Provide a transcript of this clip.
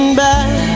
back